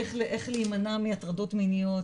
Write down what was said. איך להימנע מהטרדות מיניות,